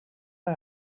det